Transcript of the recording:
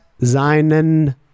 seinen